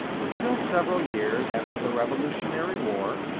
until several years after the revolutionary war,